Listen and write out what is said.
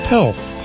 Health